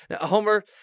Homer